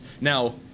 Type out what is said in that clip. Now